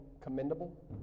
commendable